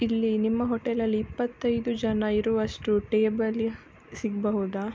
ಇಲ್ಲಿ ನಿಮ್ಮ ಹೋಟೆಲಲ್ಲಿ ಇಪ್ಪತ್ತೈದು ಜನ ಇರುವಷ್ಟು ಟೇಬಲಿ ಸಿಗಬಹುದಾ